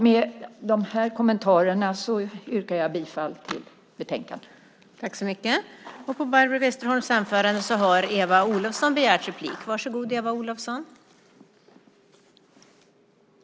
Med de här kommentarerna yrkar jag bifall till förslaget i betänkandet.